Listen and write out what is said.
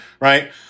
right